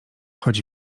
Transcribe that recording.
choć